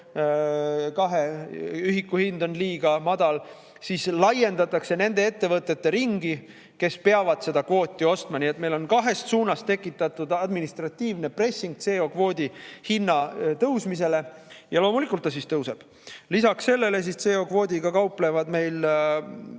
CO2‑ühiku hind on liiga madal, siis laiendatakse nende ettevõtete ringi, kes peavad seda kvooti ostma. Nii et meil on kahest suunast tekitatud administratiivne pressing CO2‑kvoodi hinna tõusmisele. Ja loomulikult ta siis tõuseb. Lisaks sellele ei kauple meil